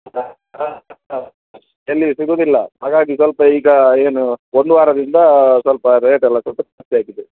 ಎಲ್ಲಿ ಸಿಗುದಿಲ್ಲ ಹಾಗಾಗಿ ಸ್ವಲ್ಪ ಈಗ ಏನು ಒಂದು ವಾರದಿಂದ ಸ್ವಲ್ಪ ರೇಟೆಲ್ಲ ಸ್ವಲ್ಪ ಜಾಸ್ತಿ ಆಗಿದೆ